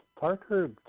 Parker